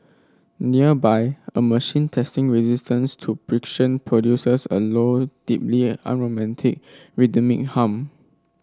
nearby a machine testing resistance to friction produces a low deeply unromantic rhythmic hum